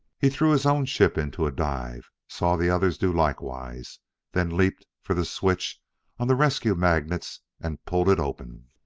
he threw his own ship into a dive saw the others do likewise then leaped for the switch on the rescue magnets and pulled it open.